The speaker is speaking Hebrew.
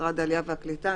משרד העלייה והקליטה.